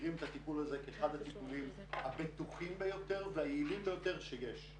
מכירים את הטיפול הזה כאחד הטיפולים הבטוחים ביותר והיעילים ביותר שיש,